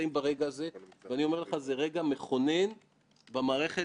באמת לכל השותפים פה: חברי הכנסת וחברות הכנסת,